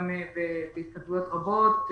גם בהתכתבויות רבות,